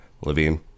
Levine